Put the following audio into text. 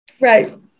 Right